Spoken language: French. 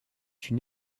une